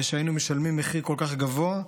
ושנשלם מחיר כל כך גבוה,